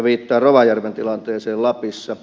viittaan rovajärven tilanteeseen lapissa